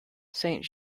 saint